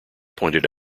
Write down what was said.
pointed